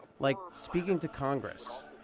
like speaking to congress,